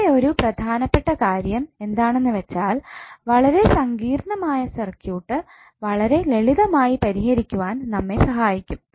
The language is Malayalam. വേറെ ഒരു പ്രധാനപ്പെട്ട കാര്യം എന്താണെന്ന് വെച്ചാൽ വളരെ സങ്കീർണമായ സർക്യൂട്ട് വളരെ ലളിതമായി പരിഹരിക്കുവാൻ നമ്മെ സഹായിക്കും